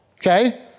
Okay